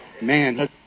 man